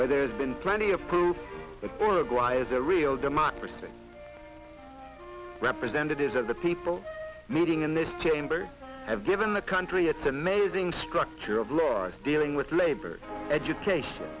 where there's been plenty of proof for gras is a real democracy representatives of the people meeting in this chamber have given the country its amazing structure of laws dealing with labor education